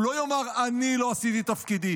הוא לא יאמר: אני לא עשיתי את תפקידי,